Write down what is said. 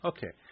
Okay